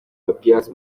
papias